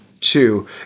two